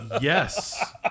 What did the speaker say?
Yes